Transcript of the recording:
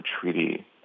treaty